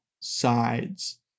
sides